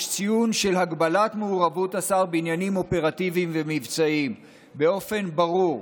יש ציון של הגבלת מעורבות השר בעניינים אופרטיביים ומבצעיים באופן ברור.